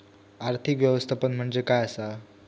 आर्थिक व्यवस्थापन म्हणजे काय असा?